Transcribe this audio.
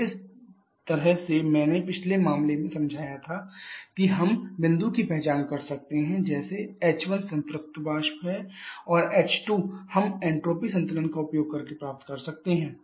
तो जिस तरह से मैंने पिछले मामले में समझाया था कि हम बिंदु की पहचान कर सकते हैं जैसे h1 संतृप्त वाष्प है और h2 हम एंट्रॉपी संतुलन का उपयोग करके प्राप्त कर सकते हैं